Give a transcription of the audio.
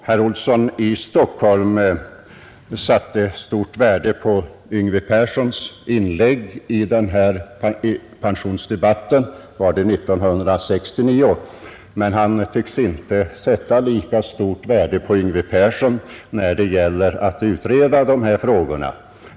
Herr Olsson i Stockholm satte stort värde på Yngve Perssons inlägg i pensionsdebatten — det var väl 1969 — men han tycks inte sätta lika stort värde på Yngve Persson när det gäller att utreda dessa frågor.